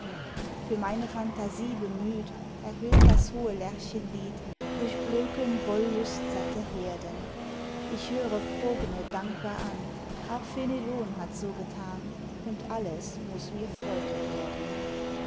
für meine phantasie bemüht erhöhn das hohe lerchenlied durch blöcken wohllustsatte herden ich höre progne dankbar an auch fenelon hat so gethan und alles muß mit freude werden